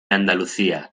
andalucía